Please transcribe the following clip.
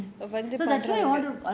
mm